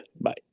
Bye